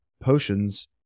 potions